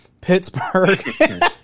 Pittsburgh